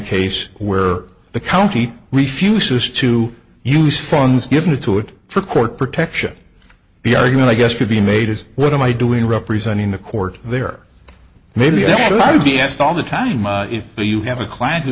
case where the county refuses to use funds given to it for court protection the argument i guess could be made is what am i doing representing the court there maybe i should be asked all the time if you have a client who